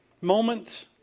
moments